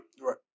Right